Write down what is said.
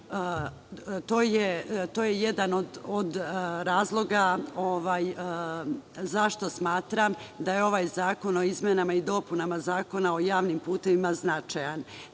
To je jedan od razloga zašto smatram da je ovaj Zakon o izmenama i dopunama Zakona o javnim putevima značajan.